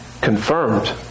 confirmed